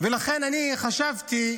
חשבתי